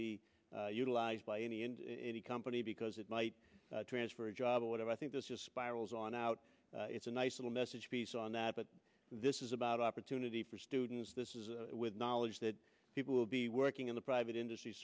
be utilized by any and any company because it might transfer a job or what i think this just spirals on out it's a nice little message piece on that but this is about opportunity for students this is with knowledge that people will be working in the private industry